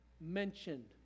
mentioned